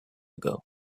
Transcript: ago